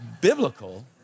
Biblical